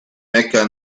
mecca